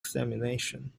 examination